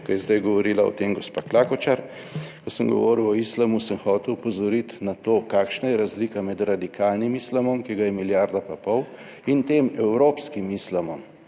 ko je zdaj govorila o tem gospa Klakočar, ko sem govoril o islamu, sem hotel opozoriti na to, kakšna je razlika med radikalnim islamom, ki ga je milijarda pa pol, in tem evropskim islamom,